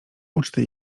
uczty